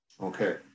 okay